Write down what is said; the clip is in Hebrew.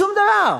שום דבר.